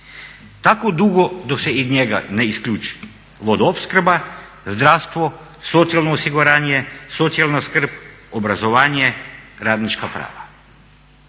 tako dugo dok se iz njega ne isključi vodoopskrba, zdravstvo, socijalno osiguranje, socijalna skrb, obrazovanje, radnička prava.